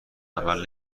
عمل